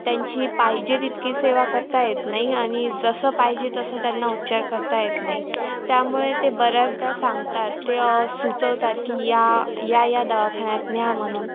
त्यांची पाहिजे तितकी सेवा करता येत नाही आणि जसं पाहिजे तसं त्यांना उपचार करता येत नाही त्यामुळे ते बऱ्याचदा सांगतात ते सुचवतात की या या या दवाखान्यात न्या म्हणून